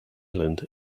island